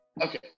okay